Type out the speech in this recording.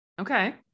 Okay